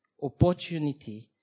opportunity